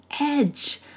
edge